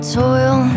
toil